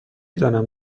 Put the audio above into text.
دانم